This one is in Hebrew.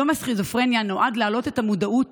יום הסכיזופרניה נועד להעלות את המודעות